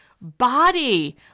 body